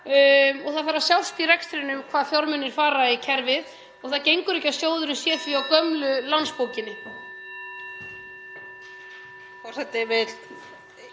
Það þarf að sjást í rekstrinum hvaða fjármunir fara í kerfið og því gengur ekki að sjóðurinn sé á gömlu lánsbókinni.